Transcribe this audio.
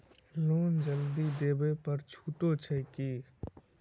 Loan जल्दी देबै पर छुटो छैक की?